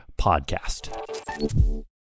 podcast